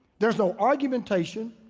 there's no argumentation.